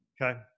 okay